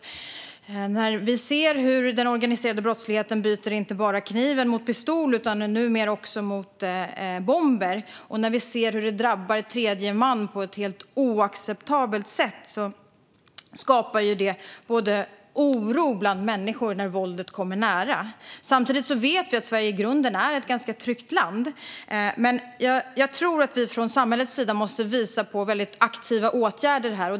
När den organiserade brottsligheten byter kniv mot inte bara pistol utan numera också bomber och det drabbar tredje part på ett helt oacceptabelt sätt skapar det såklart oro bland människor. Våldet kommer nära. Samtidigt vet vi att Sverige i grunden är ett ganska tryggt land. Men jag tror att vi från samhällets sida måste vidta aktiva åtgärder här.